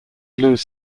lose